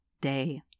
day